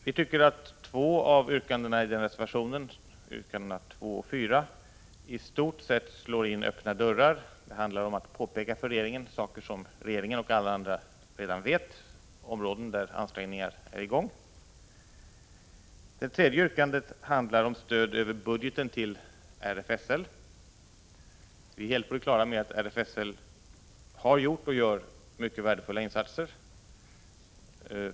Vi tycker att två av deras yrkanden, reservationerna 2 och 4, i stort sett slår in öppna dörrar. Det handlar om att påpeka för regeringen saker som regeringen och alla andra vet, områden där ansträngningar är i gång. Reservation 3 handlar om stöd över budgeten till RFSL. Vi är helt på det klara med att RFSL har gjort och gör mycket värdefulla insatser.